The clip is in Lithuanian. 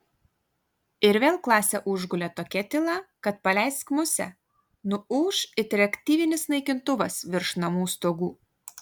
ir vėl klasę užgulė tokia tyla kad paleisk musę nuūš it reaktyvinis naikintuvas virš namų stogų